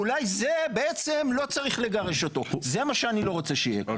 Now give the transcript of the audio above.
אולי לא צריך לגרש אותו זה מה שאני לא רוצה שיהיה.